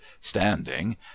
standing